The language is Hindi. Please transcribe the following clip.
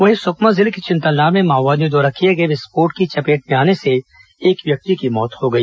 वहीं सुकमा जिले के चिंतलनार में माओवादियों द्वारा किए गए विस्फोट की चपेट में आने से एक व्यक्ति की मौत हो गई